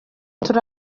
turi